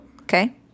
Okay